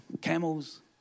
camels